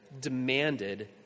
demanded